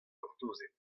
gortozet